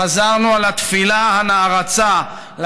חזרנו על התפילה הנערצה,